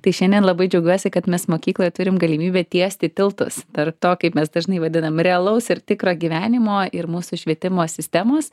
tai šiandien labai džiaugiuosi kad mes mokykloje turim galimybę tiesti tiltus tarp to kaip mes dažnai vadinam realaus ir tikro gyvenimo ir mūsų švietimo sistemos